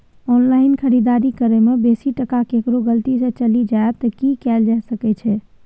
Online खरीददारी करै में बेसी टका केकरो गलती से चलि जा त की कैल जा सकै छै?